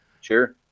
Sure